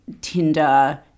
Tinder